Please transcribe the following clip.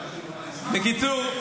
בקיצור,